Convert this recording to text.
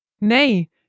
Nee